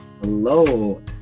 Hello